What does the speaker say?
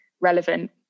relevant